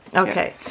Okay